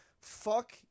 Fuck